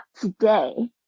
today